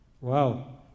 Wow